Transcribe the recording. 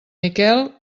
miquel